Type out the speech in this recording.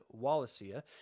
Wallacea